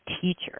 teacher